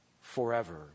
Forever